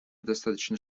достаточно